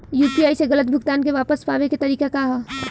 UPI से गलत भुगतान के वापस पाये के तरीका का ह?